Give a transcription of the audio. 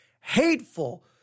hateful